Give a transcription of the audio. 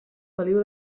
feliu